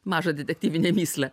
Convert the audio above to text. mažą detektyvinę mįslę